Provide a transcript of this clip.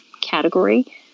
category